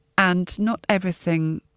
and not everything,